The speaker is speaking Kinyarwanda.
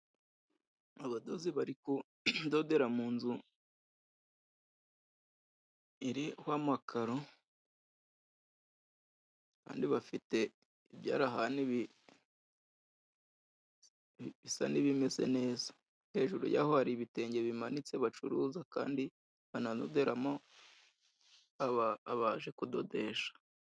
Abadozi bari kudodera mu nzu iriho amakaro, Kandi bafite ibyarahani bisa n'ibimeze neza. Hejuru yaho hari ibitenge bimanitse bacuruza, kandi banadoderamo abaje kudodesha.